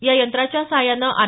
या यंत्राच्या सहाय्याने आर